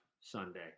Sunday